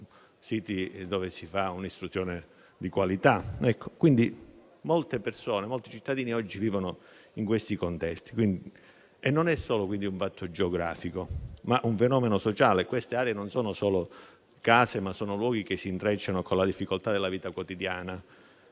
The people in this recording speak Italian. siti dove si fa istruzione di qualità. Molte persone, molti cittadini oggi vivono in questi contesti, quindi non è solo un fatto geografico ma un fenomeno sociale. Queste aree non sono solo case, ma sono luoghi che si intrecciano con la difficoltà della vita quotidiana